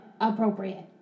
appropriate